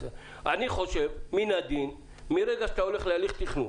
אני חושב שמן הדין הוא שמרגע שאתה הולך להליך תכנון,